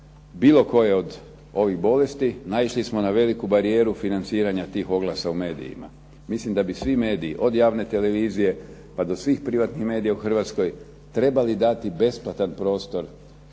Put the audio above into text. bilo koje od ovih bolesti naišli smo na veliku barijeru financiranja tih oglasa u medijima. Mislim da bi svi mediji, od javne televizije pa do svih privatnih medija u Hrvatskoj, trebali dati besplatan prostor,